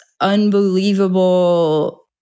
unbelievable